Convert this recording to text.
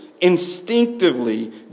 instinctively